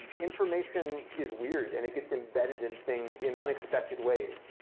information is weird and it gets embedded in things in unexpected ways.